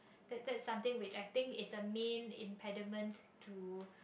that that's something which I think is a main impediment to